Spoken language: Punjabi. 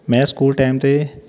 ਮੈਂ ਸਕੂਲ ਟੈਮ 'ਤੇ